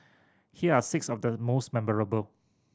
here are six of the most memorable